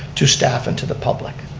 to staff, and to the public.